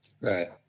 Right